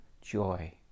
joy